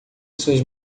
suas